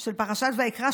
של פרשת ויקרא,